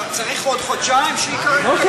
אז צריך עוד חודשיים, שיקבל עוד חודשיים, למה לא?